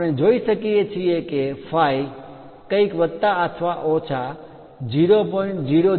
આપણે જોઈ શકીએ છીએ કે phi કંઇક વત્તા અથવા ઓછા 0